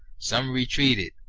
some retreated,